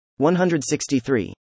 163